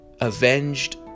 avenged